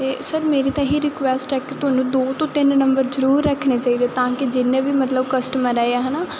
ਅਤੇ ਸਰ ਮੇਰੀ ਤਾਂ ਇਹੀ ਰਿਕੁਐਸਟ ਹੈ ਇੱਕ ਤੁਹਾਨੂੰ ਦੋ ਤੋਂ ਤਿੰਨ ਨੰਬਰ ਜ਼ਰੂਰ ਰੱਖਣੇ ਚਾਹੀਦੇ ਤਾਂ ਕਿ ਜਿੰਨੇ ਵੀ ਮਤਲਬ ਕਸਟਮਰ ਆਏ ਆ ਹੈ ਨਾ